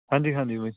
ਹਾਂਜੀ ਹਾਂਜੀ ਬਾਈ